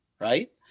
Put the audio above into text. Right